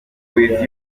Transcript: with